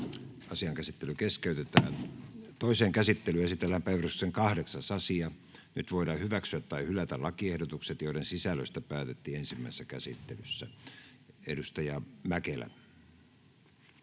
salissa. — Kiitos. Toiseen käsittelyyn esitellään päiväjärjestyksen 8. asia. Nyt voidaan hyväksyä tai hylätä lakiehdotukset, joiden sisällöstä päätettiin ensimmäisessä käsittelyssä. — Edustaja Mäkelä.